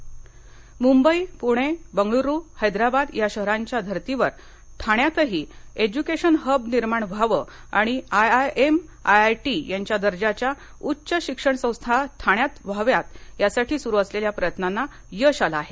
एकनाथ शिंदे मुंबई पुणे बंगळुरू हैदराबाद या शहरांच्या धर्तीवर ठाण्यातही एज्युकेशन हब निर्माण व्हावं आणि आयआयएमआयआयटी यांच्या दर्जाघ्या उच्च शिक्षणाच्या संस्था ठाण्यात याव्यात यासाठी सुरू असलेल्या प्रयत्नांना यश आलं आहे